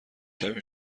شویم